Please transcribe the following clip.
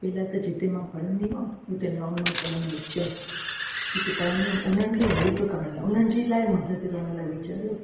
पहिला त जिते मां पढ़ंदी हुयमि हुते नओं नओं करणु अचियमि जिते पढ़ंदी हुयमि उन्हनि खे ई हैल्प करणु लाइ उन्हनि जी लाइ मदद करणु लाइ वीचारियो